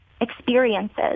experiences